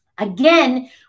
Again